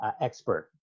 expert